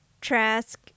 Trask